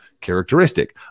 characteristic